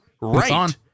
right